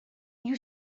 you